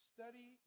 Study